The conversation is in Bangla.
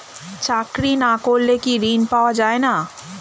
চাকরি না করলে কি ঋণ পাওয়া যায় না?